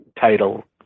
title